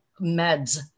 Meds